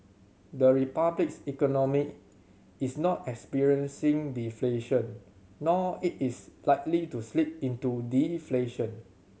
the Republic's economy is not experiencing deflation nor it is likely to slip into deflation